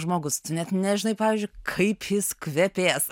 žmogus tu net nežinai pavyzdžiui kaip jis kvepės